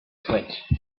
switch